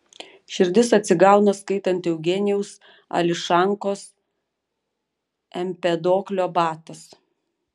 širdis atsigauna skaitant eugenijaus ališankos empedoklio batas